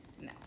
no